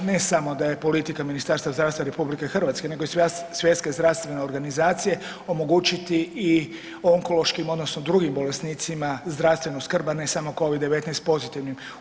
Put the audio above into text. Ne samo da je politika Ministarstva zdravstva RH, nego i Svjetske zdravstvene organizacije omogućiti i onkološkim odnosno drugim bolesnicima zdravstvenu skrb, a ne samo Covid-19 pozitivnim.